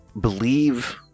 believe